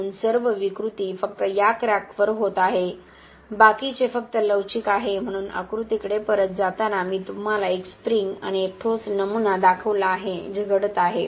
म्हणून सर्व विकृती फक्त या क्रॅकवर होत आहे बाकीचे फक्त लवचिक आहे म्हणून आकृतीकडे परत जाताना मी तुम्हाला एक स्प्रिंग आणि एक ठोस नमुना दाखवला आहे जे घडत आहे